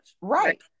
Right